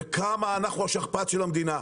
וכמה אנחנו השכפ"ץ של המדינה,